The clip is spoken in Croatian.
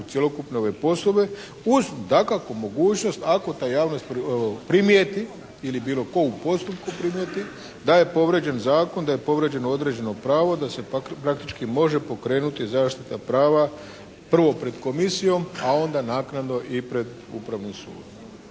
cjelokupne poslove uz dakako mogućnost ako ta javnost primijeti ili bilo tko u postupku primijeti da je povrijeđen zakon, da je povrijeđeno određeno pravo, da se praktički možde pokrenuti zaštita prava prvo pred komisijom, a onda naknadno i pred upravnim sudom.